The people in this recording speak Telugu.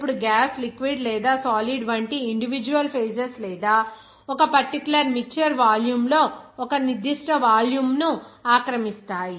ఇప్పుడు గ్యాస్ లిక్విడ్ లేదా సాలిడ్ వంటి ఇండివిడ్యువల్ ఫేజెస్ లేదా ఒక పర్టిక్యులర్ మిక్చర్ వాల్యూమ్లో ఒక నిర్దిష్ట వాల్యూమ్ను ఆక్రమిస్తాయి